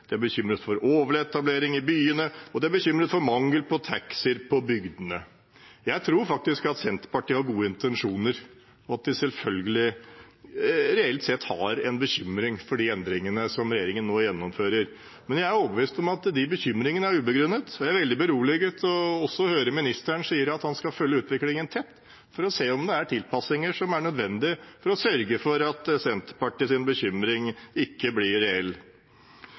De er bekymret for overetablering i byene, og de er bekymret for mangel på taxier på bygdene. Jeg tror faktisk at Senterpartiet har gode intensjoner, og at de selvfølgelig reelt sett har en bekymring for de endringene som regjeringen nå gjennomfører. Men jeg er overbevist om at de bekymringene er ubegrunnet, og jeg er veldig beroliget av å høre statsråden si at han skal følge utviklingen tett for å se om det er tilpasninger som er nødvendige for å sørge for at Senterpartiets bekymring ikke blir reell.